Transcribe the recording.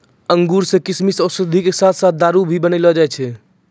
अंगूर सॅ किशमिश, औषधि के साथॅ साथॅ दारू भी बनैलो जाय छै